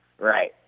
Right